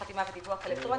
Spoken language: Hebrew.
התמחות ואגרות) (הוראת שעה),